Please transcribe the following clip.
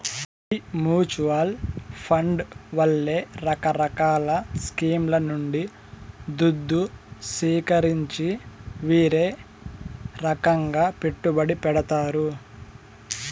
ఈ mutual fund వాళ్లే రకరకాల స్కీంల నుండి దుద్దు సీకరించి వీరే రకంగా పెట్టుబడి పెడతారు